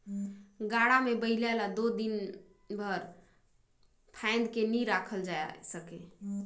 गाड़ा मे बइला ल दो दिन भेर फाएद के नी रखल जाए सके